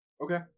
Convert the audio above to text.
Okay